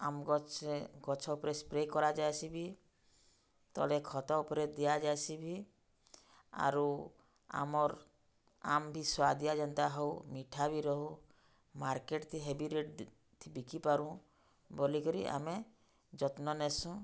ଆମ୍ ଗଛ୍ରେ ଗଛ ଉପ୍ରେ ସ୍ପ୍ରେ କରାଯାଏସିବି ତଳେ ଖତ ଉପରେ ଦିଆଯାଇସି ଆରୁ ଆମର୍ ଆମ୍ ବି ସୁଆଦିଆ ଯେନ୍ତା ହଉ ମିଠା ବି ରହୁ ମାର୍କେଟ୍ଥି ହେଭି ରେଟ୍ ବିକିପାରୁଁ ବଲିକରି ଆମେ ଯତ୍ନ ନେସୁଁ